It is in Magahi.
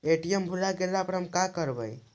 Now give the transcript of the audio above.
ए.टी.एम भुला गेलय तब हम काकरवय?